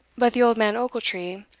but the old man ochiltree,